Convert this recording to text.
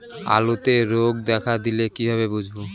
আলুতে রোগ দেখা দিলে কিভাবে বুঝবো?